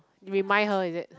remind her is it